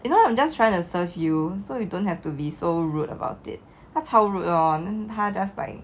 you know I'm just trying to serve you so you don't have to be so rude about it that's how rude lor 他 just like